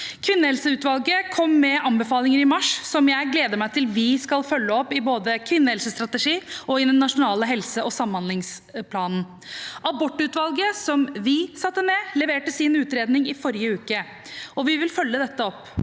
Kvinnehelseutvalget kom med anbefalinger i mars, som jeg gleder meg til at vi skal følge opp både i en kvinnehelsestrategi og i den nasjonale helse- og samhandlingsplanen. Abortutvalget, som vi satte ned, leverte sin utredning i forrige uke, og vi vil følge dette opp.